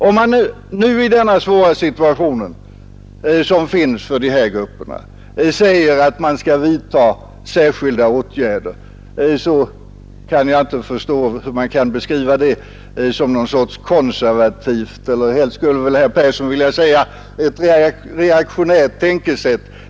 Om man nu i denna svåra situation för de här grupperna säger att man skall vidta särskilda åtgärder, så kan jag inte förstå hur det kan beskrivas som någon sorts konservativt — helst skulle väl herr Persson vilja säga reaktionärt — tänkesätt.